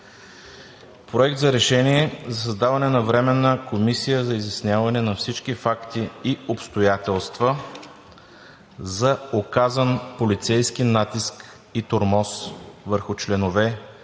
„Проект за решение за създаване на Временна комисия за изясняване на всички факти и обстоятелства за оказан полицейски натиск и тормоз върху членове,